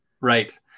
Right